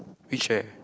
which chair